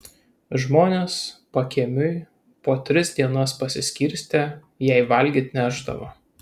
žmonės pakiemiui po tris dienas pasiskirstę jai valgyt nešdavo